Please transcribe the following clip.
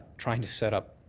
trying to set up